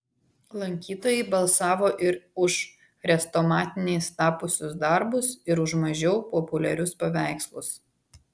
lankytojai balsavo ir už chrestomatiniais tapusius darbus ir už mažiau populiarius paveikslus